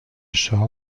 show